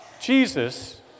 Jesus